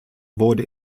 wurde